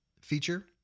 feature